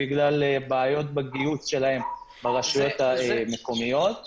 שעוד אין בגלל בעיות בגיוס שלנו ברשויות המקומיות.